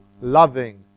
loving